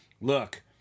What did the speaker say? look